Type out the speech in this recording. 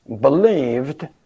believed